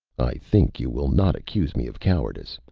i think you will not accuse me of cowardice.